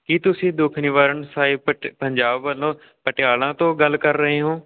ਕੀ ਤੁਸੀਂ ਦੁੱਖ ਨਿਵਾਰਨ ਸਾਹਿਬ ਪਟ ਪੰਜਾਬ ਵੱਲੋਂ ਪਟਿਆਲਾ ਤੋਂ ਗੱਲ ਕਰ ਰਹੇ ਹੋ